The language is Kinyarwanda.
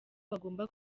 bagomba